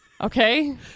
Okay